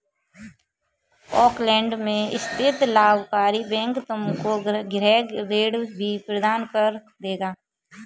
Auckland में स्थित लाभकारी बैंक तुमको गृह ऋण भी प्रदान कर देगा